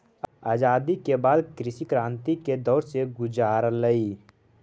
आज़ादी के बाद कृषि क्रन्तिकारी के दौर से गुज़ारलई